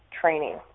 training